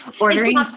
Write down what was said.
ordering